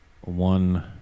one